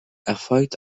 erfolgt